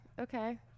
okay